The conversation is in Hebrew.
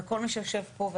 וכל מי שיושב פה,